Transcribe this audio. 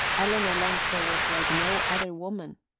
ellen olenska was like no other woman,